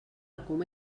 coma